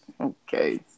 okay